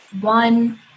one